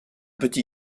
petit